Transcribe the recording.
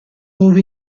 ove